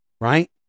right